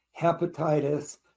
hepatitis